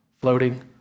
floating